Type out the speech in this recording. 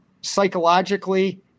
psychologically